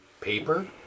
Paper